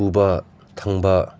ꯄꯨꯕ ꯊꯥꯡꯕ